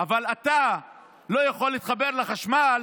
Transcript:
אבל אתה לא יכול להתחבר לחשמל